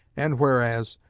and whereas,